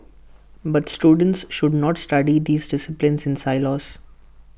but students should not study these disciplines in silos